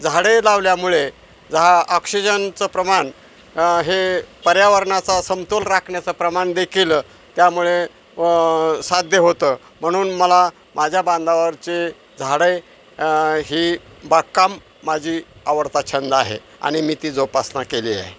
झाडे लावल्यामुळे झा ऑक्सिजनचं प्रमाण हे पर्यावरणाचा समतोल राखण्याचं प्रमाणदेखीलं त्यामुळे साध्य होतं म्हणून मला माझ्या बांधावरचे झाडे ही बागकाम माझी आवडता छंद आहे आणि मी ती जोपासना केली आहे